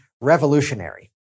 revolutionary